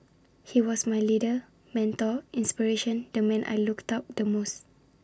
he was my leader mentor inspiration the man I looked up the most